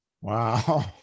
Wow